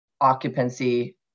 occupancy